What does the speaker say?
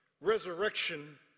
resurrection